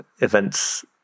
events